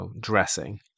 dressing